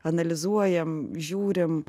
analizuojam žiūrim